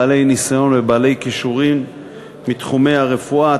בעלי ניסיון ובעלי כישורים מתחומי הרפואה,